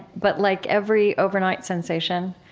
but like every overnight sensation,